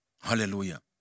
Hallelujah